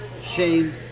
Shane